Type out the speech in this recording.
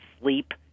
sleep